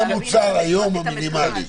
-- מה המוצר המינימלי היום.